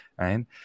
right